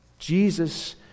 Jesus